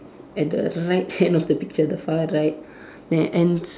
at the right hand of the picture the far right then ends